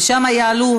ושם יעלו,